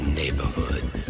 neighborhood